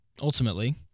ultimately